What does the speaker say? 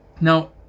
Now